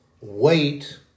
Wait